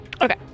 Okay